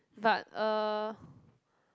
but uh